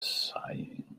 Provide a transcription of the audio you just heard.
sighing